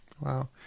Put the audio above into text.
Wow